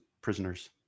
prisoners